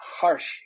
harsh